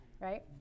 right